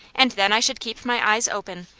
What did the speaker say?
and then i should keep my eyes open,